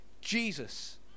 Jesus